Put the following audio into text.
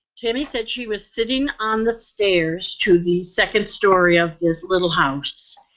tammy said she was sitting on the stairs to the second story of this little house.